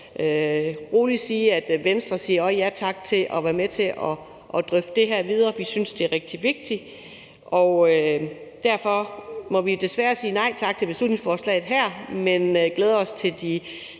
roligt sige, at Venstre siger ja tak til at være med til at drøfte det her videre. Vi synes, at det er rigtig vigtigt. Vi må desværre sige nej tak til beslutningsforslaget her, men glæder os til de